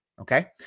Okay